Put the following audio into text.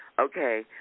okay